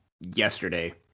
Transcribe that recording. yesterday